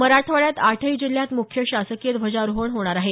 मराठवाड्यात आठही जिल्ह्यात मुख्य शासकीय ध्वजारोहण होणार आहे